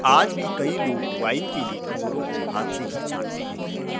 आज भी कई लोग वाइन के लिए अंगूरों को हाथ से ही छाँटते हैं